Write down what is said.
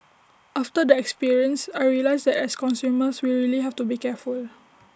after the experience I realised that as consumers we really have to be careful